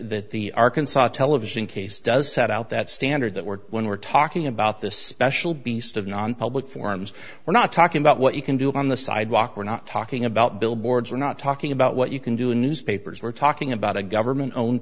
that the arkansas television case does set out that standard that we're when we're talking about this special beast of nonpublic forms we're not talking about what you can do on the sidewalk we're not talking about billboards we're not talking about what you can do in newspapers we're talking about a government owned